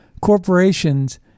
corporations